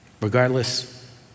Regardless